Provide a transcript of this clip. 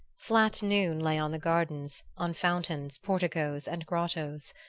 flat noon lay on the gardens, on fountains, porticoes and grottoes.